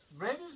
Red